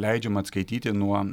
leidžiama atskaityti nuo